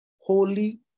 Holy